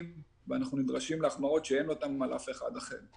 ואנחנו נדרשים שאין אותן על אף אחד אחר.